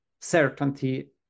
certainty